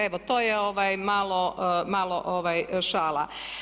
Evo to je malo šala.